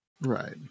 Right